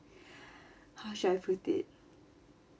how should I put it